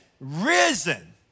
risen